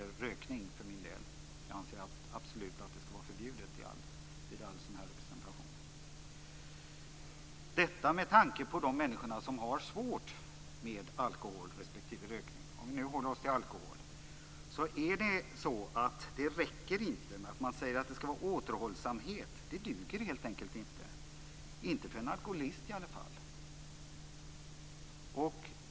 Jag anser att det ska vara förbjudet vid all representation. Detta med tanke på de människor som har svårt med alkohol respektive rökning. Om vi nu håller oss till alkohol så räcker det inte att man säger att det ska vara återhållsamhet. Det duger helt enkelt inte, inte för en alkoholist i alla fall.